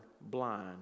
blind